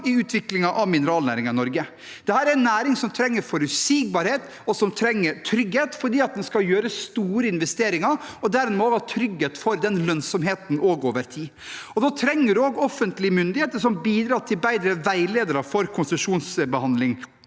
i utviklingen av mineralnæringen i Norge. Dette er en næring som trenger forutsigbarhet og trygghet fordi den skal gjøre store investeringer og dermed må ha trygghet for lønnsomheten over tid. Da trenger man offentlige myndigheter som bidrar til bedre veiledere for konsesjonsbehandling,